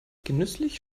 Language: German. genüsslich